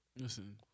Listen